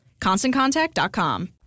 ConstantContact.com